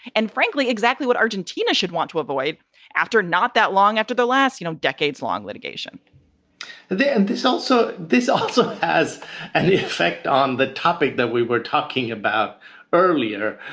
and frankly, exactly what argentina should want to avoid after not that long after the last, you know, decades long litigation then there's also this also has an effect on the topic that we were talking about earlier,